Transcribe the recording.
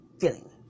feeling